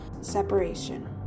Separation